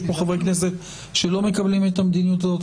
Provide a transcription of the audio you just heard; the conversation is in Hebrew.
יש פה חברי כנסת שלא מקבלים את המדיניות הזאת.